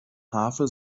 harfe